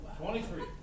23